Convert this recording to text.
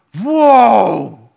whoa